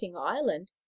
island